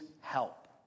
help